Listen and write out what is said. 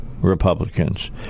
Republicans